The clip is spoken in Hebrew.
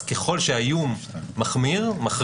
אז ככל שהאיום מחריף,